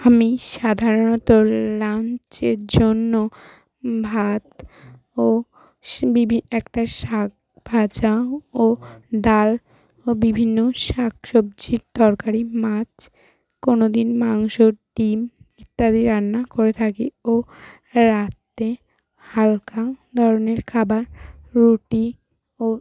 আমি সাধারণত লাঞ্চের জন্য ভাত ও স বিভি একটা শাক ভাজা ও ডাল ও বিভিন্ন শাক সবজির তরকারি মাছ কোনোদিন মাংস ডিম ইত্যাদি রান্না করে থাকি ও রাতে হালকা ধরনের খাবার রুটি ও